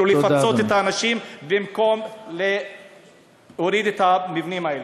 לפצות את האנשים במקום להוריד את המבנים האלה.